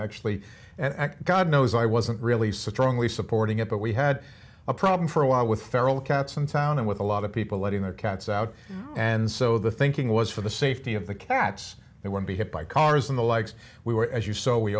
actually and god knows i wasn't really such wrongly supporting it but we had a problem for a while with feral cats in town and with a lot of people letting their cats out and so the thinking was for the safety of the cats they would be hit by cars in the legs we were as you so we